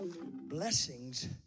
blessings